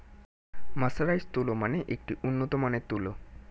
mercerised তুলো মানে একটি উন্নত মানের তুলো